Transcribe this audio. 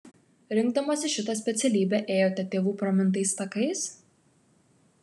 rinkdamasi šitą specialybę ėjote tėvų pramintais takais